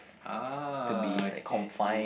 ah I see I see